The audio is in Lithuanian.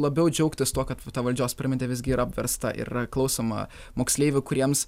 labiau džiaugtis tuo kad ta valdžios piramidė visgi yra apversta ir klausoma moksleivių kuriems